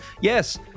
Yes